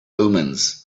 omens